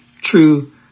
true